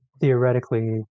theoretically